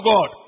God